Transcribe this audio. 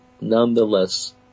nonetheless